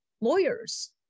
lawyers